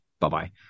bye-bye